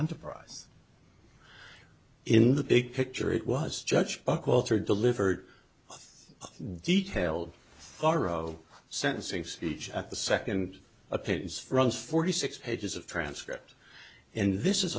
enterprise in the big picture it was judged buckwalter delivered detailed thorough sentencing speech at the second opinions from forty six pages of transcript and this is